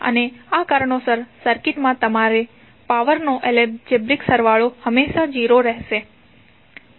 અને આ કારણોસર સર્કિટમાં તમારા પાવરનો એલજિબ્રિક સરવાળો હંમેશાં 0 રહેશે